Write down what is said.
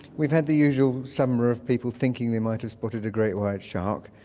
we've had the usual summer of people thinking they might've spotted a great white shark.